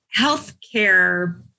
healthcare